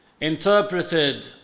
interpreted